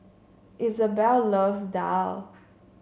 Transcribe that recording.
Izabelle loves Daal